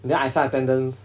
then I sign attendance